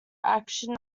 action